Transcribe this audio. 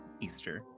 Easter